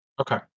Okay